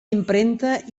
impremta